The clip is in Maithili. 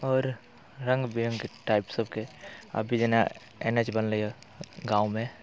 आओर रङ्ग बिरङ्गके टाइपसभके अभी जेना एन एच बनलैए गाममे